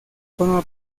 forma